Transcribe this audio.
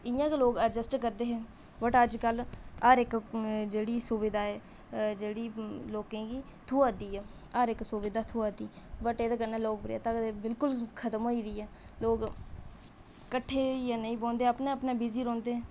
इ'यां गै लोक एडजस्ट करदे हे बट अज्जकल हर इक जेह्ड़ी सुविधा ऐ जेह्ड़ी लोकें गी थ्होआ दी ऐ हर इक सुविधा थ्होआ दी बट एह्दे कन्नै लोकप्रियता बिलकुल खतम होई दी ऐ लोक कट्ठे होइयै नेईं बौंह्दे अपने अपने बिजी रौंह्दे